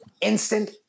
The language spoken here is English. instant